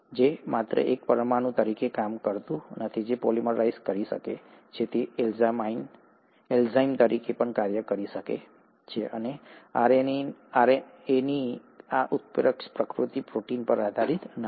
તેથી તે માત્ર એક પરમાણુ તરીકે જ કામ કરતું નથી જે પોલીમરાઈઝ કરી શકે છે તે એન્ઝાઇમ તરીકે પણ કાર્ય કરી શકે છે અને આરએનએની આ ઉત્પ્રેરક પ્રવૃત્તિ પ્રોટીન પર આધારિત નથી